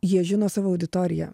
jie žino savo auditoriją